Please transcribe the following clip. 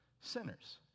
sinners